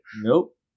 Nope